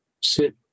sit